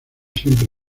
siempre